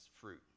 fruit